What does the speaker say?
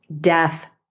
death